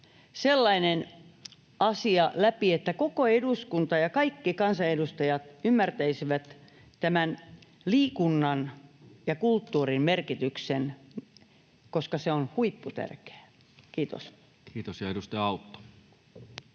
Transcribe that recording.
sellainen asia läpi, että koko eduskunta ja kaikki kansanedustajat ymmärtäisivät tämän liikunnan ja kulttuurin merkityksen, koska se on huipputärkeää? — Kiitos. [Speech 230]